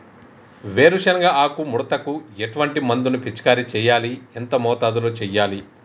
వేరుశెనగ ఆకు ముడతకు ఎటువంటి మందును పిచికారీ చెయ్యాలి? ఎంత మోతాదులో చెయ్యాలి?